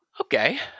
Okay